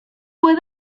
fue